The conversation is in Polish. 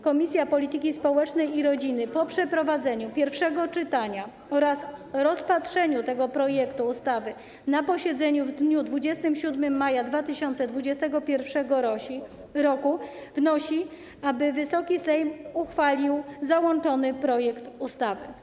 Komisja Polityki Społecznej i Rodziny po przeprowadzeniu pierwszego czytania oraz rozpatrzeniu tego projektu ustawy na posiedzeniu w dniu 27 maja 2021 r. wnosi, aby Wysoki Sejm uchwalił załączony projekt ustawy.